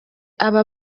aba